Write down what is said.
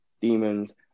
demons